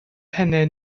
pennau